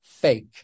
fake